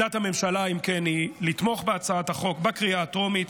עמדת הממשלה היא לתמוך בהצעת החוק בקריאה הטרומית,